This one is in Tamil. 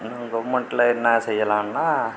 இன்னும் கவர்மெண்ட்டில் என்ன செய்யலான்னால்